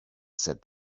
said